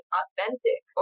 authentic